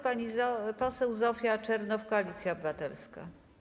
Pani poseł Zofia Czernow, Koalicja Obywatelska.